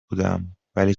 بودم، ولی